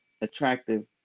attractive